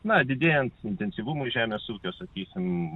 na didėjant intensyvumui žemės ūkio sakysim